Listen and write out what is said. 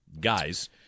guys